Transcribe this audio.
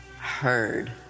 heard